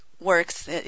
works